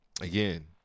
again